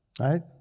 right